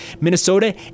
Minnesota